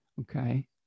okay